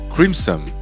Crimson 。